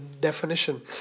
definition